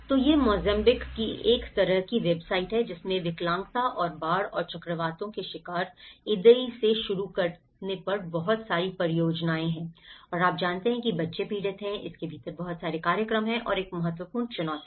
तो यह मोज़ाम्बिक की एक तरह की वेबसाइट है जिसमें विकलांगता और बाढ़ और चक्रवातों के शिकार इदई से शुरू करने पर बहुत सारी परियोजनाएं हैं और आप जानते हैं कि बच्चे पीड़ित हैं इसके भीतर बहुत सारे कार्यक्रम हैं और एक महत्वपूर्ण चुनौती है